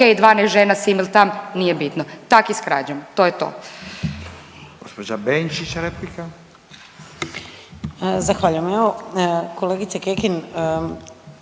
12 žena sim ili tam nije bitno. Tak i s krađom. To je to.